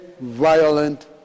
violent